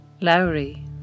Lowry